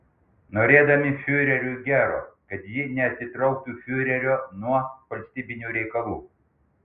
norėdami fiureriui gero kad ji neatitrauktų fiurerio nuo valstybinių reikalų